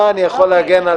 אתה יודע,